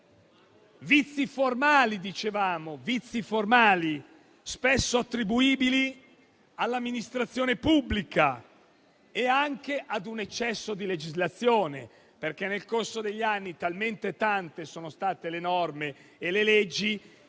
dicevamo, spesso attribuibili all'amministrazione pubblica e anche ad un eccesso di legislazione, perché nel corso degli anni talmente tante sono state le norme e le leggi che